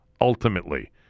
ultimately